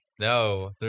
No